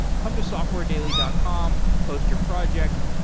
come to softwaredaily dot com, post your project,